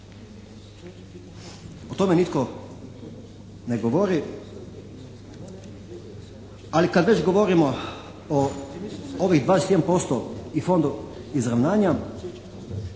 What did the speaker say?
O tome nitko ne govori. Ali kad već govorimo o ovih 21% i fondu izravnanja